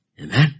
Amen